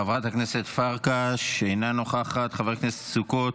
חברת הכנסת פרקש, אינה נוכחת, חבר הכנסת סוכות,